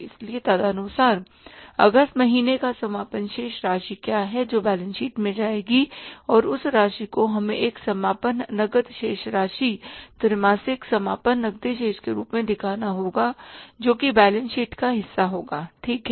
इसलिए तदनुसार अगस्त महीने का समापन शेष राशि क्या है जो बैलेंस शीट में जाएगी और उस राशि को हमें एक समापन नकद शेष राशि त्रैमासिक समापन नकदी शेष के रूप में दिखाना होगा जो कि बैलेंस शीट का हिस्सा होगा ठीक है